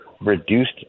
reduced